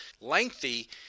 lengthy